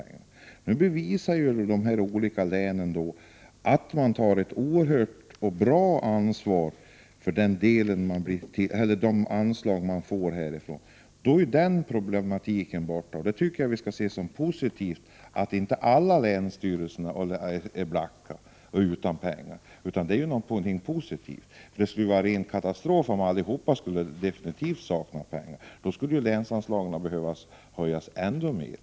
Nu bevisar de olika länen att de tar ett oerhört stort ansvar för de anslag de får. Då är den problematiken borta ur bilden. Det tycker jag att vi skall uppfatta som positivt. Inte alla länsstyrelser är utan pengar. Det är positivt. Det skulle nämligen vara ren katastrof om allihopa helt skulle sakna pengar. Då skulle ju länsanslagen behöva höjas ännu mer.